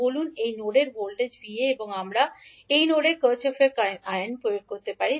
বলুন এই নোডের ভোল্টেজ 𝐕𝑎 এবং আমরা এই নোডে কার্চফের কারেন্ট আইন Node Kirchoff's Current lawপ্রয়োগ করি